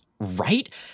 Right